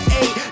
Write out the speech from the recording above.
eight